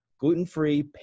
gluten-free